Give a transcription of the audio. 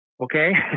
Okay